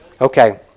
Okay